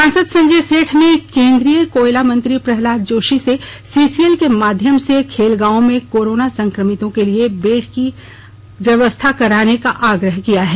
सांसद संजय सेठ ने केंद्रीय कोयला मंत्री प्रहलाहद जोशी से सीसीएल के माध्यम से खेलगांव में कोरोना संक्रमितों के लिये बेड की अविलम्ब व्यवस्था कराने का आग्रह किया है